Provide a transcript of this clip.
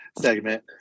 segment